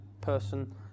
person